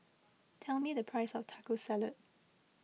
tell me the price of Taco Salad